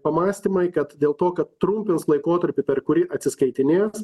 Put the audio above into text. pamąstymai kad dėl to kad trumpins laikotarpį per kurį atsiskaitinės